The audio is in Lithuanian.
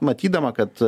matydama kad